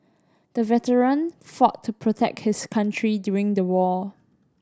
the veteran fought to protect his country during the war